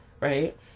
right